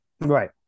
Right